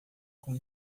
com